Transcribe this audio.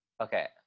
okay